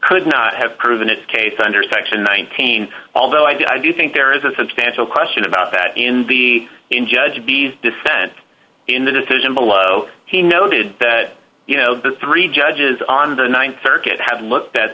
could not have proven its case under section one teen although i do think there is a substantial question about that in the in judge b s dissent in the decision below he noted that you know the three judges on the th circuit have looked at